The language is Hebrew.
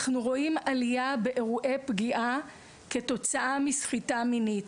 אנחנו רואים עלייה באירועי פגיעה כתוצאה מסחיטה מינית.